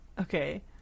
Okay